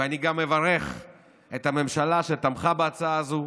אני גם מברך את הממשלה, שתמכה בהצעה הזו,